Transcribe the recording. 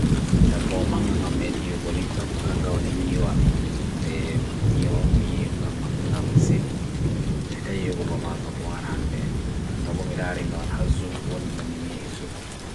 nda bwa man nga nga med yogo nika mukha nga onin nyiwa, nda yogo bwa maga buhar hande, nda bwa mirari nga wan hazu, nda mi ngehizu.